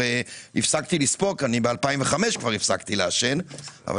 הפסקתי לספור כי הפסקתי לעשן בשנת 2005 אבל